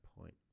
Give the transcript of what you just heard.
point